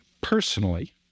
personally